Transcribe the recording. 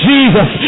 Jesus